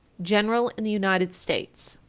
general in the united states.